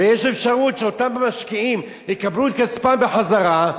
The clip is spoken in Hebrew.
ויש אפשרות שאותם משקיעים יקבלו את כספם בחזרה,